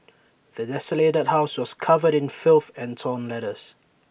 the desolated house was covered in filth and torn letters